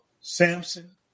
Samson